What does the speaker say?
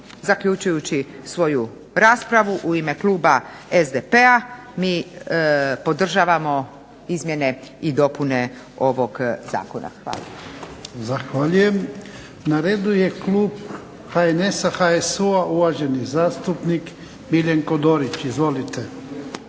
zaključujući svoju raspravu u ime kluba SDP-a mi podržavamo izmjene i dopune ovog zakona. Hvala. **Jarnjak, Ivan (HDZ)** Zahvaljujem. Na redu je klub HNS-a, HSU-a, uvaženi zastupnik Miljenko Dorić. Izvolite.